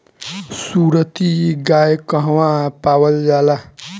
सुरती गाय कहवा पावल जाला?